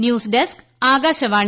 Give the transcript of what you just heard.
news desk Akashvani